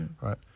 right